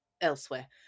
elsewhere